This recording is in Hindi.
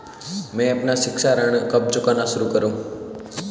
मैं अपना शिक्षा ऋण कब चुकाना शुरू करूँ?